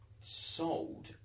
sold